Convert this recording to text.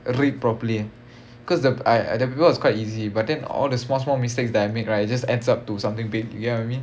uh read properly because the I I the paper quite easy but then all the small small mistakes that I made right it just adds up to something big you get what I mean